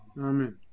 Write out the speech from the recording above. Amen